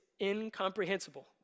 incomprehensible